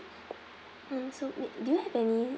mm so do you have any